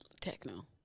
Techno